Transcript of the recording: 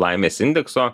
laimės indekso